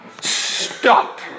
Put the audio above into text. Stop